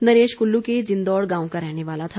नरेश कुल्लू के जिंदौड़ गांव का रहने वाला था